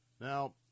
Now